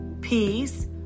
peace